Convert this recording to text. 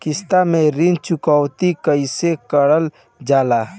किश्त में ऋण चुकौती कईसे करल जाला?